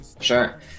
Sure